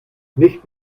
nicht